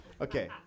okay